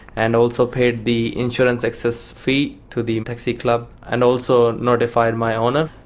and also paid the insurance excess fee to the taxi club, and also notified my owner.